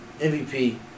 MVP